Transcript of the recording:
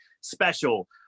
special